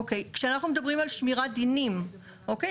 כשאנחנו מדברים על שמירת דינים, אוקיי?